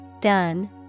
done